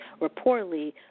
reportedly